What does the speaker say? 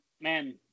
Man